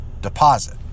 deposit